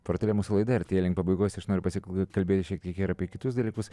portale mūsų laida artėja link pabaigos aš noriu pasikalbėti šiek tiek ir apie kitus dalykus